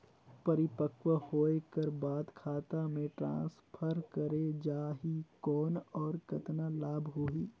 परिपक्व होय कर बाद खाता मे ट्रांसफर करे जा ही कौन और कतना लाभ होही?